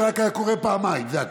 זה רק היה קורה פעמיים, זה הכול.